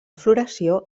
floració